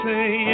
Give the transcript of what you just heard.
say